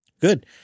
Good